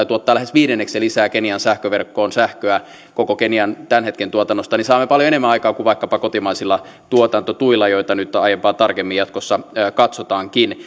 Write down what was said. tuottaa lähes viidenneksen lisää kenian sähköverkkoon sähköä koko kenian tämän hetken tuotannosta saamme paljon enemmän aikaan kuin vaikkapa kotimaisilla tuotantotuilla joita nyt aiempaa tarkemmin jatkossa katsotaankin